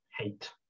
hate